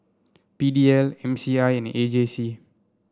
P D L M C I and A J C